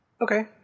Okay